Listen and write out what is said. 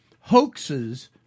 hoaxes